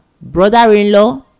brother-in-law